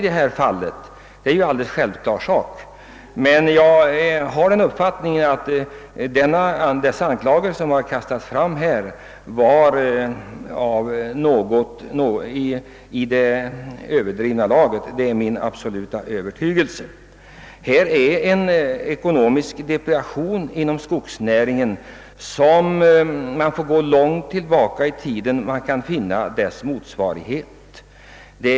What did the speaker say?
Det är alldeles självklart. Jag har emellertid den uppfattningen att de anklagelser som kastats fram är något överdrivna. Jag är helt övertygad om detta. Framför allt, herr Sundelin, uttryck Er inte så, att man kan få den uppfattningen att hela skogsägarerörelsen skulle handla utan ansvar för sina anställda! Så är ingalunda fallet. Det förekommer nu inom skogsnäringen en ekonomisk depression som man får gå långt bakåt i tiden för att finna en motsvarighet till.